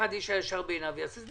ואיש הישר בעיניו יעשה?